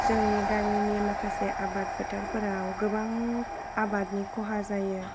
जोंनि गामिनि माखासे आबाद फोथारफोराव गोबां आबादनि ख'हा जायो